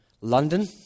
London